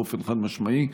באופן חד-משמעי,